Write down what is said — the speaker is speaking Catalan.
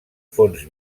fons